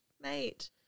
mate